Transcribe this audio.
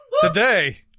today